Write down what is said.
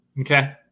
Okay